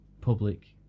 public